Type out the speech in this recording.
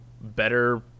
better